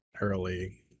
early